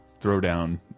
throwdown